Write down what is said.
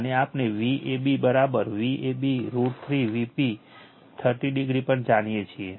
અને આપણે Vab Vab √ 3 Vp 30o પણ જાણીએ છીએ